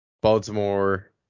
Baltimore